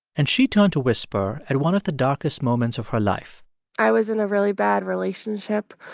and she turned to whisper at one of the darkest moments of her life i was in a really bad relationship.